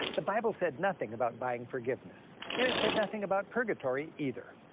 the bible said nothing about buying forgiveness. and it said nothing about purgatory, either.